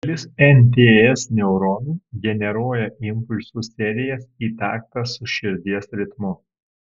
dalis nts neuronų generuoja impulsų serijas į taktą su širdies ritmu